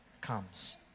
comes